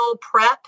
prep